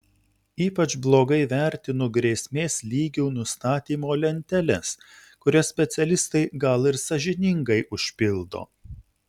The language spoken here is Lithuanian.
ypač blogai vertinu grėsmės lygių nustatymo lenteles kurias specialistai gal ir sąžiningai užpildo